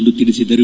ಎಂದು ತಿಳಿಸಿದರು